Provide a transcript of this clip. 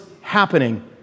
happening